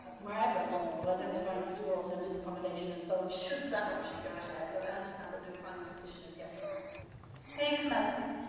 wherever possible, identifying suitable alternative accommodation, and so on, should that option go ahead, but i understand that no final decision has yet been david and melding